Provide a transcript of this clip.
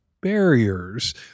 barriers